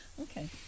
okay